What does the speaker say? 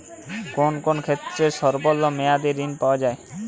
কোন কোন ক্ষেত্রে স্বল্প মেয়াদি ঋণ পাওয়া যায়?